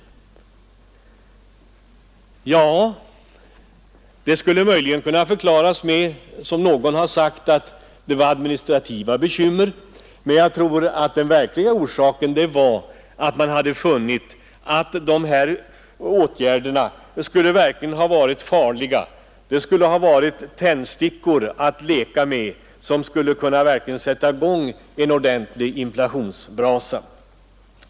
Det ställningstagandet skulle möjligen kunna förklaras med att det — som många har sagt — skulle bli administrativa bekymmer, men jag tror att den egentliga orsaken var att man hade funnit att de här åtgärderna verkligen skulle ha varit farliga; de skulle ha varit tändstickor att leka med som skulle ha kunnat sätta i gång en ordentlig inflationsbrasa.